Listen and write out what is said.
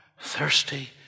thirsty